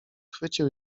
chwycił